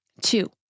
Two